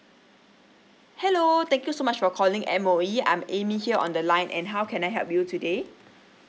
hello thank you so much for calling M_O_E I'm amy here on the line and how can I help you today